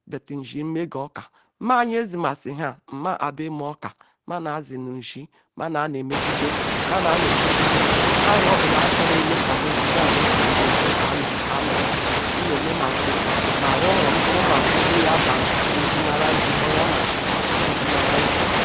But nzim megah okah mah yezimasi hah nmam nhabe meh okah mamazi nu nzi mama na emegideeh, mama nu okwugideh hamihobula achore imeh ayi megidah noh otu nu nzi nne meh masi mah rumu buru masi ele yabah ezi marazi gborya masi ezimarazi